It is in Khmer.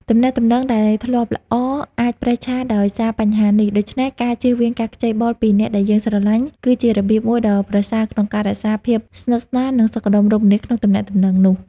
ទំនាក់ទំនងដែលធ្លាប់ល្អអាចប្រេះឆាដោយសារបញ្ហានេះ ដូច្នេះ ការជៀសវាងការខ្ចីបុលពីអ្នកដែលយើងស្រឡាញ់ គឺជារបៀបមួយដ៏ប្រសើរក្នុងការរក្សាភាពស្និទ្ធស្នាល និងសុខដុមរមនាក្នុងទំនាក់ទំនងនោះ។